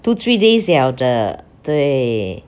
two three days liao 的对